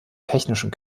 technischen